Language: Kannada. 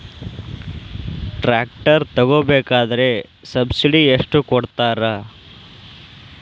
ಟ್ರ್ಯಾಕ್ಟರ್ ತಗೋಬೇಕಾದ್ರೆ ಸಬ್ಸಿಡಿ ಎಷ್ಟು ಕೊಡ್ತಾರ?